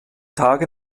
tage